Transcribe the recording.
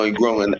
growing